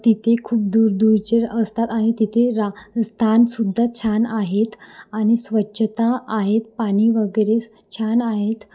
तिथे खूप दूरदूरचे असतात आणि तिथे रा स्थानसुद्धा छान आहेत आणि स्वच्छता आहेत पाणी वगैरे छान आहेत